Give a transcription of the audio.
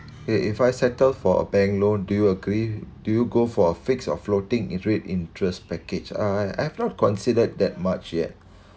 okay if I settled for a bank loan do you agree do you go for a fixed or floating if rate interest package uh I've not considered that much yet